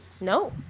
No